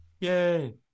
Yay